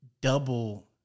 double